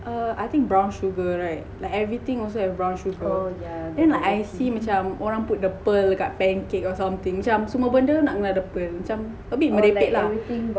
err I think brown sugar right like everything also have brown sugar then I see macam orang put the pearl dekat pancake or something macam semua benda nak kena ada pearl macam a bit merepek lah